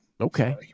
Okay